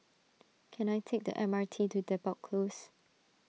can I take the M R T to Depot Close